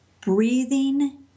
breathing